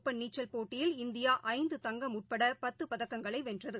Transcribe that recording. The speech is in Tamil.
ஒப்பன் நீச்சல் போட்டியில் இந்தியாஐந்து தங்கம் உப்படபத்துபதக்கங்களைவென்றது